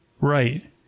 Right